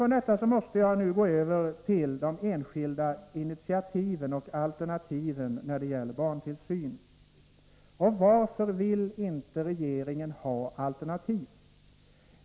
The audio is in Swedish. Nu skall jag gå över till de enskilda initiativen och alternativen när det gäller barntillsynen. Varför vill inte regeringen ha alternativ?